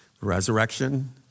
Resurrection